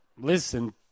Listen